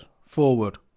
forward